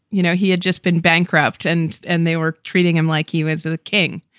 you know, he had just been bankrupt and. and they were treating him like he was a king.